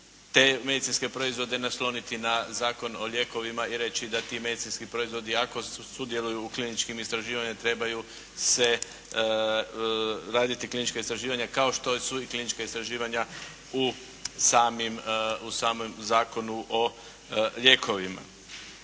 te medicinske proizvode nasloniti na Zakon o lijekovima i reći da ti medicinski proizvodi ako sudjeluju u kliničkim istraživanjima trebaju se raditi klinička istraživanja kao što su i klinička istraživanja u samim, u samom Zakonu o lijekovima.